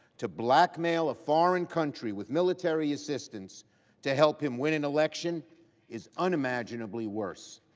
to blackmail a foreign country with military assistance to help him win an election is unimaginably worse.